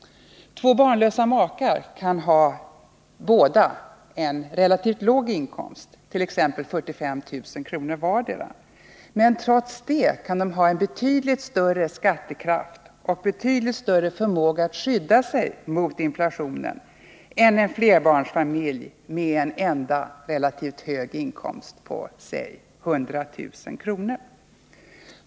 Två barnlösa makar kan båda ha relativt låg inkomst — t.ex. 45 000 kr. vardera — men ändå kan de ha betydligt större skattekraft och betydligt bättre förmåga att skydda sig mot inflationen än en flerbarnsfamilj med en enda relativt hög inkomst på låt oss säga 100 000 kr.